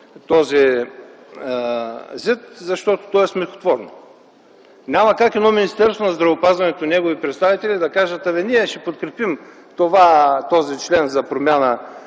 този ЗИД, защото то е смехотворно. Няма как едно Министерство на здравеопазването и негови представители да кажат: ние ще подкрепим този член за промяна